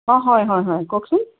অঁ হয় হয় হয় কওকচোন